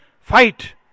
fight